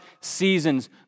seasons